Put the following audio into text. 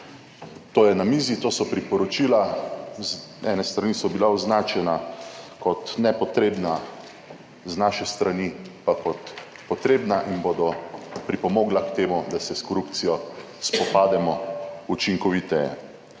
to je na mizi, to so priporočila. Z ene strani so bila označena kot nepotrebna, z naše strani pa kot potrebna in bodo pripomogla k temu, da se s korupcijo spopademo učinkoviteje.